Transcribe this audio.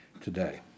today